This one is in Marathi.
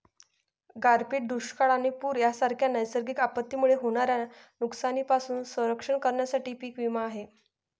गारपीट, दुष्काळ आणि पूर यांसारख्या नैसर्गिक आपत्तींमुळे होणाऱ्या नुकसानीपासून संरक्षण करण्यासाठी पीक विमा आहे